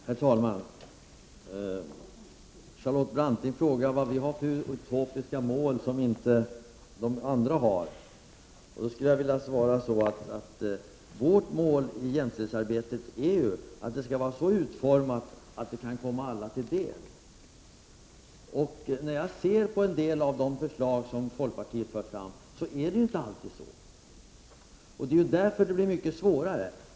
Herr talman! Charlotte Branting frågar vad vi har för utopiska mål, som inte de andra har. Jag skulle vilja svara som så: Vårt mål för jämställdhetsarbetet är att det skall vara så utformat att det kan komma alla till del. Så är det inte alltid med de förslag som folkpartiet för fram. Det är därför det blir mycket svårare.